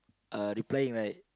uh replying right